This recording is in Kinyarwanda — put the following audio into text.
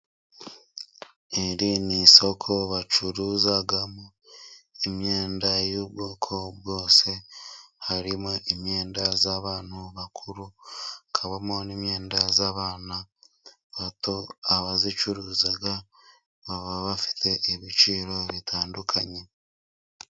Iri ni isoko bacuruzamo imyenda y'ubwoko bwose, harimo imyenda y'abantu bakuru, kabamo n'imyenda y'abana bato, abayicuruza baba bafite ibiciro bitandukanye.